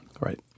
Right